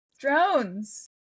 drones